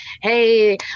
hey